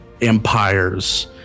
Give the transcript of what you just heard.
empires